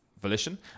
Volition